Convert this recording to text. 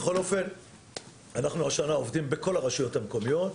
בכל אופן השנה אנחנו עובדים בכל הרשויות המקומיות.